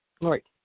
right